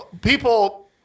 people